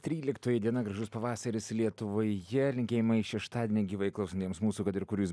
tryliktoji diena gražus pavasaris lietuvoje linkėjimai šeštadienį gyvai klausantiems mūsų kad ir kur jūs